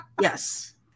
Yes